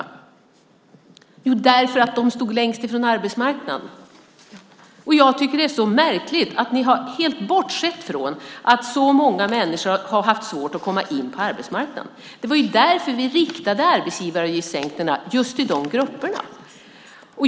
Jo, det var därför att de stod längst ifrån arbetsmarknaden. Jag tycker att det är så märkligt att ni helt har bortsett från att så många människor har haft svårt att komma in på arbetsmarknaden. Det var därför vi riktade arbetsgivaravgiftssänkningarna just till de grupperna.